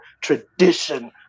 tradition